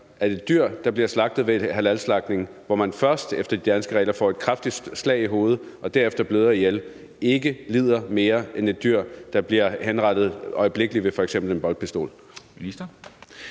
at dyr, der bliver slagtet ved halalslagtning, hvor man efter de danske regler først får et kraftigt slag i hovedet og derefter bløder ihjel, ikke lider mere end et dyr, der bliver henrettet øjeblikkeligt ved f.eks. en boltpistol?